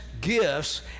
gifts